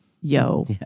Yo